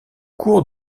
cours